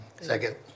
Second